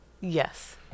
Yes